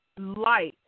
light